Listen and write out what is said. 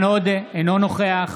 אינו נוכח